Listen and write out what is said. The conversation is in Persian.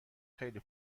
خیلی